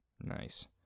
Nice